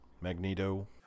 Magneto